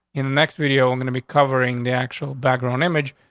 in the next video, i'm gonna be covering the actual background image.